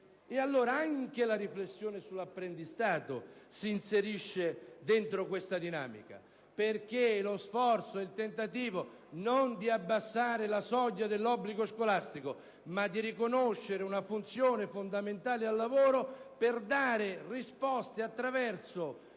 spalle. Anche la riflessione sull'apprendistato si inserisce dentro questa dinamica. Si tratta di uno sforzo, di un tentativo non di abbassare la soglia dell'obbligo scolastico ma di riconoscere una funzione fondamentale al lavoro, per dare risposte attraverso